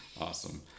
Awesome